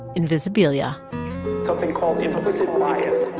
invisibilia something called implicit bias